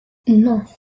non